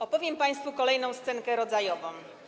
Opowiem państwu kolejną scenkę rodzajową.